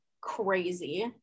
crazy